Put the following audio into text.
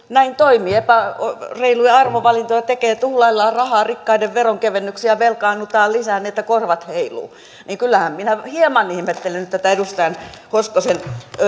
näin toimii epäreiluja arvovalintoja tekee tuhlaillaan rahaa rikkaiden veronkevennyksiin ja velkaannutaan lisää niin että korvat heiluu kyllähän minä hieman ihmettelen tätä edustaja hoskosen